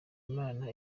imana